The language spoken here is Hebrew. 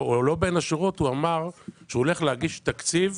והוא אמר שהוא הולך להגיש תקציב